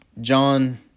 John